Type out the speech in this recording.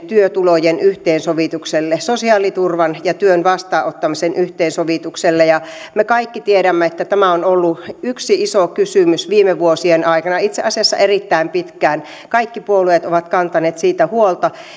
työtulojen yhteensovitukselle sosiaaliturvan ja työn vastaanottamisen yhteensovitukselle me kaikki tiedämme että tämä on ollut yksi iso kysymys viime vuosien aikana itse asiassa erittäin pitkään kaikki puolueet ovat kantaneet siitä huolta